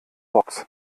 box